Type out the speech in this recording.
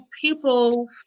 people